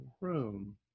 room